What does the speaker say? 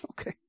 Okay